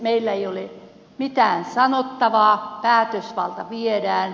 meillä ei ole mitään sanottavaa päätösvalta viedään